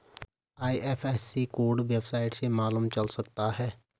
IFSC code website से मालूम चल सकता है